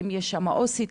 האם יש שם עובדת סוציאלית,